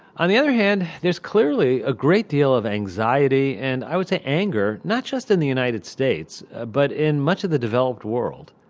on the other hand, there's clearly a great deal of anxiety and i would say anger not just in the united states but in much of the developed world,